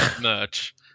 merch